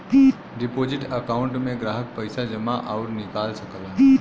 deposit account में ग्राहक पइसा जमा आउर निकाल सकला